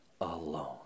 alone